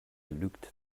lügt